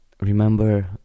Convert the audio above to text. remember